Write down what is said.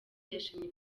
yashimye